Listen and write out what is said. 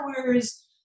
hours